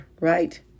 right